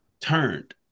turned